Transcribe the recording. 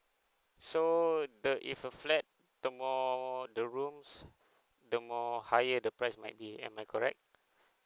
so the if a flat the more the rooms the more higher the price might be am I correct